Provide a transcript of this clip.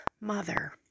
mother